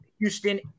Houston